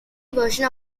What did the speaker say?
version